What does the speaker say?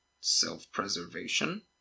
self-preservation